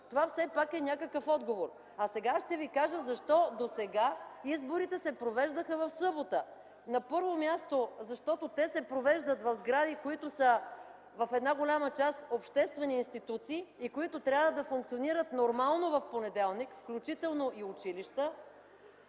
това все пак е някакъв отговор. Сега ще ви кажа защо досега изборите се провеждаха в събота. На първо място, защото те се провеждат в сгради, които са в една голяма част обществени институции и които трябва да функционират нормално в понеделник, включително и училища